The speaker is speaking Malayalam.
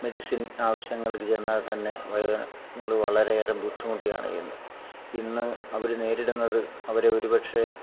മെഡിസിൻ ആവശ്യങ്ങൾക്ക് ചെന്നാൽത്തന്നെ വയോജനങ്ങള് വളരെയേറെ ബുദ്ധിമുട്ടിയാണ് ചെയ്യുന്നത് ഇന്ന് അവര് നേരിടുന്നത് അവര് ഒരുപക്ഷെ